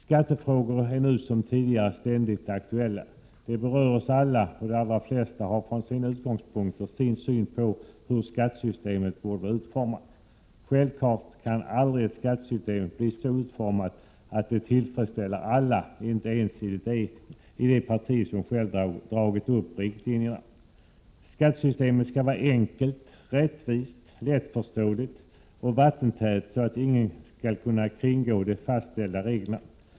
Skattefrågor är nu som tidigare ständigt aktuella. De berör oss alla, och de allra flesta har från sina utgångspunkter sin syn på hur skattesystemet borde vara utformat. Självklart kan aldrig ett skattesystem bli så utformat att det tillfredsställer alla, inte ens i det parti som dragit upp riktlinjerna. Skattesystemet skall vara enkelt, rättvist, lättförståeligt och vattentätt, så att ingen skall kunna kringgå de fastställda reglerna.